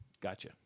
Gotcha